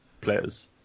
players